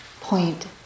point